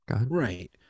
right